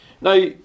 Now